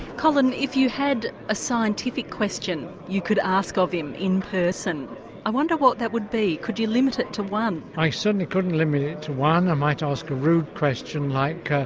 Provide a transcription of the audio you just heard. colin if you had a scientific question you could ask of him in person i wonder what that would be, could you limit it to one? i certainly couldn't limit it to one, i might ask a rude question like,